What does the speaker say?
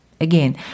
Again